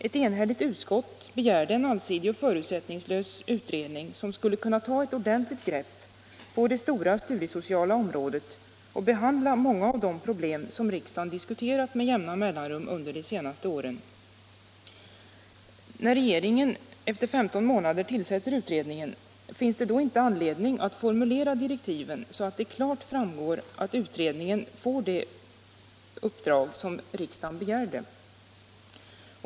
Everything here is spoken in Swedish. Ett enhälligt utskott begärde en allsidig och förutsättningslös utredning som skulle kunna ta ett ordentligt grepp på det stora studiesociala området och behandla många av de problem som riksdagen diskuterat med jämna mellanrum under de senaste åren. Finns det inte, när regeringen efter 15 månader tillsätter utredningen, anledning att formulera direktiven så att det klart framgår att utredningen får det uppdrag som riksdagen begärde?